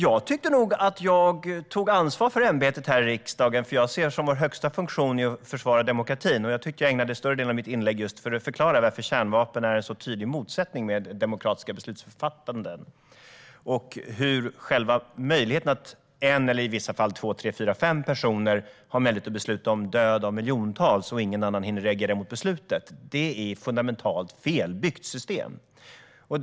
Jag tyckte nog att jag tog ansvar för ämbetet här i riksdagen, för jag ser det som att vår högsta funktion är att försvara demokratin. Jag tyckte att jag ägnade större delen av mitt inlägg just åt att förklara varför kärnvapen står i så tydlig motsättning till demokratiskt beslutsfattande. En person - eller i vissa fall två, tre, fyra eller fem personer - har möjlighet att besluta om död för miljontals, och ingen annan hinner reagera mot beslutet. Det är ett fundamentalt felbyggt system.